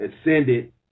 ascended